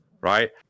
right